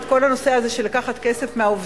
את כל הנושא של לקחת כסף מהעובדים,